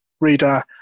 reader